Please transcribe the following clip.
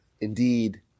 indeed